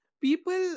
people